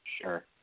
Sure